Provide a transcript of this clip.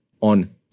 on